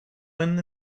when